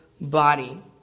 body